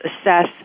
assess